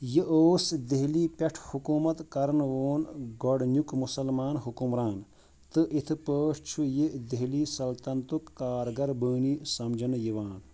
یہِ اوس دِہلہِ پیٹھ حکوٗمت کرَن وول گۄڈٕنیُک مُسلمان حُکُمران، تہٕ اِتھ پٲٹھۍ چھُ یہِ دِہلہِ سلطنتُک کارگر بٲنی سمجھنہٕ یِوان